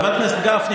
ראש הממשלה